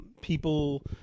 People